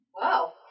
Wow